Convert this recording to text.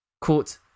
quote